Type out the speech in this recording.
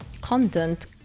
Content